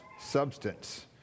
substance